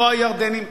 לא הירדנים,